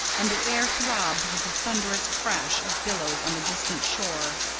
and the air throbbed with the thunderous crash of billows on the distant shore.